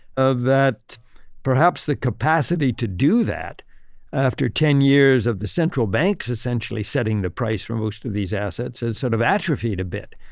that perhaps the capacity to do that after ten years of the central banks essentially setting the price for most of these assets has sort of atrophied a bit.